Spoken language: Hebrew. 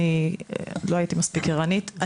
אני לא הייתי מספיק ערנית,